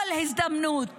כל הזדמנות